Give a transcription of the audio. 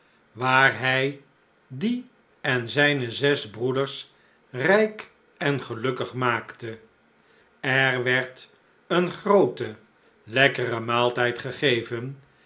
waar hij die en zijne zes broeders rijk en gelukkig maakte er werd een groote lekkere maaltijd gegeven